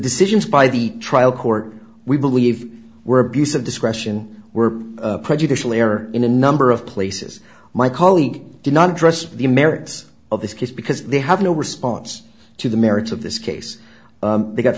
decisions by the trial court we believe were abuse of discretion were prejudicial error in a number of places my colleague did not address the merits of this case because they have no response to the merits of this case they got